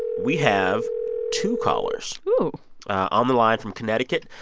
we have two callers on the line from connecticut,